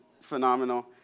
phenomenal